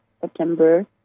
September